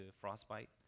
frostbite